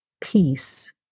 peace